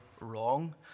wrong